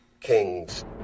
kings